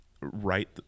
write